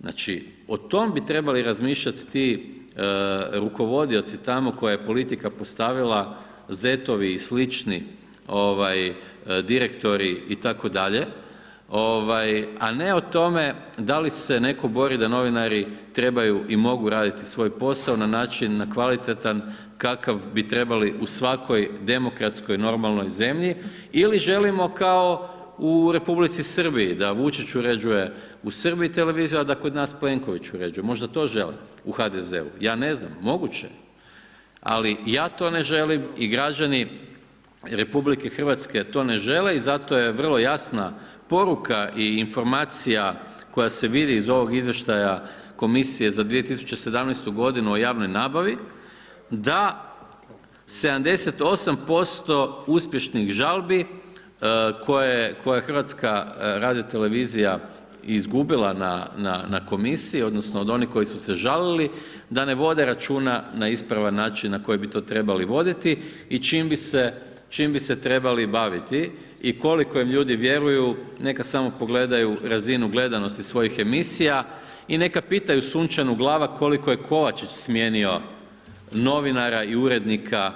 Znači, o tom bi trebali razmišljat ti rukovodioci tamo koje je politika postavila, zetovi i slični direktori itd., a ne o tome da li se netko bori da li novinari trebaju i mogu raditi svoj posao na način, na kvalitetan kakav bi trebali u svakoj demokratskoj normalnoj zemlji ili želimo kao u Republici Srbiji da Vučić uređuje u Srbiji televiziju, a da kod nas Plenković uređuje, možda to žele u HDZ-u, ja ne znam, moguće, ali ja to ne želim i građani RH to ne žele i zato je vrlo jasna poruka i informacija koja se vidi iz ovog izvještaja komisije za 2017.g. o javnoj nabavi da 78% uspješnih žalbi koje je HRT izgubila na komisiji odnosno od onih koji su se žalili, da ne vode računa na ispravan način na koji bi to trebali voditi i čim bi se trebali baviti i koliko im ljudi vjeruju, neka samo pogledaju razinu gledanosti svojih emisija i neka pitaju Sunčanu Glavak koliko je Kovačić smijenio novinara i urednika,